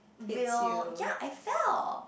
will ya I fell